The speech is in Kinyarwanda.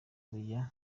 oya